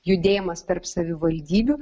judėjimas tarp savivaldybių